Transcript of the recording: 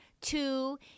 two